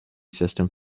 system